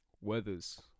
weathers